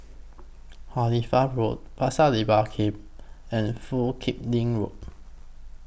Halifax Road Pasir Laba Camp and Foo Kim Lin Road